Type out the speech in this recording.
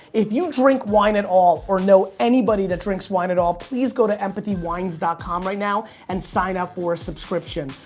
if you drink wine at all or know anybody that drinks wine at all please go to empathywines dot com right now and sign up for a subscription.